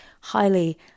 Highly